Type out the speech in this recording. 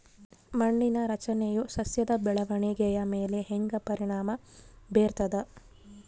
ಮಣ್ಣಿನ ರಚನೆಯು ಸಸ್ಯದ ಬೆಳವಣಿಗೆಯ ಮೇಲೆ ಹೆಂಗ ಪರಿಣಾಮ ಬೇರ್ತದ?